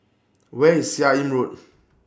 Where IS Seah in Road